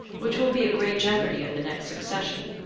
which will be a great jeopardy of the next succession,